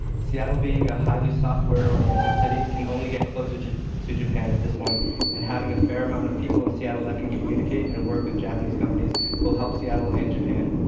seattle being a highly software oriented city can only get closer to to japan at this point and having a fair amount of people in seattle that can communicate and work with japanese companies will help seattle and japan.